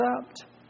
concept